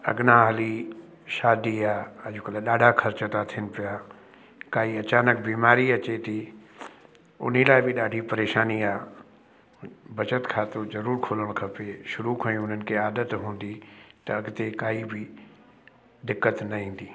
अॻियां हली शादी आहे अॼु कल्ह ॾाढा ख़र्चु था थियनि पिया काई अचानक बीमारी अचे थी उने लाइ बि ॾाढी परेशानी आहे बचति खातो ज़रूरु खोलणु खपे शूरु खां ई उन्हनि खे आदत हूंदी त अॻिते काई बि दिक़त न ईंदी